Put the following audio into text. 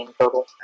total